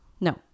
no